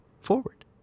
forward